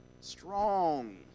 Strong